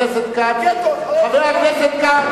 כץ, איש לא ידבר על אביו של חבר כנסת.